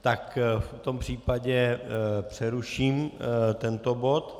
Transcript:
Tak v tom případě přeruším tento bod.